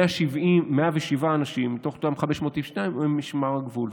ו-107 אנשים מתוך אותם 592 הם ממשמר הגבול,